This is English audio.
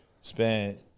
spent